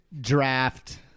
draft